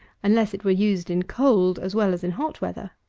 unless it were used in cold as well as in hot weather.